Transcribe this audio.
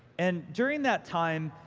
and during that time.